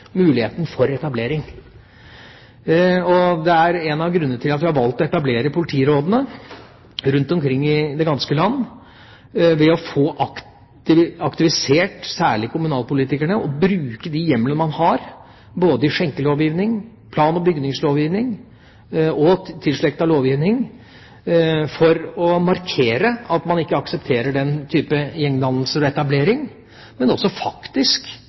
muligheten for etablering. En av grunnene til at vi har valgt å etablere politirådene rundt omkring i det ganske land, er å få aktivisert særlig kommunalpolitikerne og bruke de hjemler man har, både i skjenkelovgivningen, i plan- og bygningslovgivningen og tilslektede lovgivninger, for å markere at man ikke aksepterer den type gjengdannelser og etablering, og faktisk også